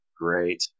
great